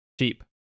Cheap